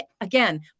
again